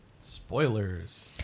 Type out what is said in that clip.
spoilers